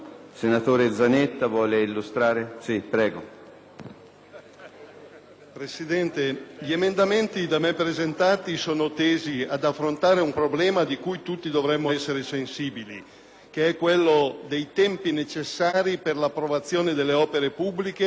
Presidente, gli emendamenti da me presentati sono tesi ad affrontare un problema cui tutti dovremmo essere sensibili che è quello dei tempi necessari per l'approvazione delle opere pubbliche e per l'ottenimento delle autorizzazioni per le